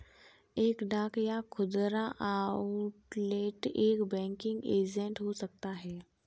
एक डाक या खुदरा आउटलेट एक बैंकिंग एजेंट हो सकता है